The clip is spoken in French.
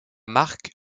marque